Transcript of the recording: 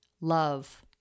love